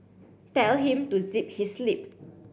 tell him to zip his lip